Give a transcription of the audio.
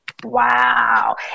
Wow